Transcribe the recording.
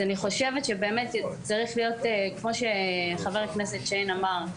אני חושבת שבאמת צריך להיות כמו שחבר הכנסת שיין אמר,